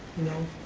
know.